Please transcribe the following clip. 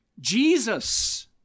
Jesus